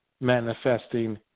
manifesting